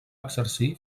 exercir